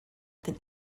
than